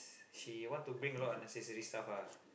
she want to bring a lot unnecessary stuff ah